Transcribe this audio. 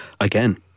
Again